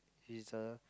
is uh